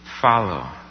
Follow